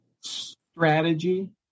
Strategy